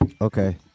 Okay